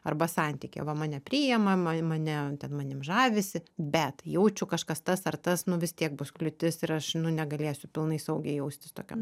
arba santykyje va mane priima ma mane ten manim žavisi bet jaučiu kažkas tas ar tas nu vis tiek bus kliūtis ir aš nu negalėsiu pilnai saugiai jaustis tokiam